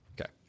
Okay